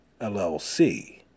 LLC